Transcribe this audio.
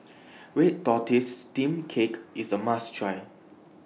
Red Tortoise Steamed Cake IS A must Try